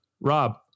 Rob